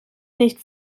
nicht